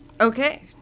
Okay